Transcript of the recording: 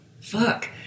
fuck